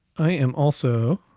i am also